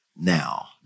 now